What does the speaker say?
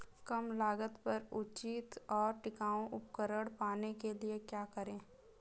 कम लागत पर उचित और टिकाऊ उपकरण पाने के लिए क्या करें?